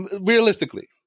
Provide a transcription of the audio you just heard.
realistically